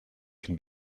can